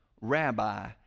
rabbi